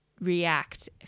React